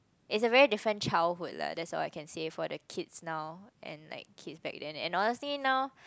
it's a very different childhood la that's all I can say for the kids now and like kids back then and honestly now